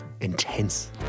intense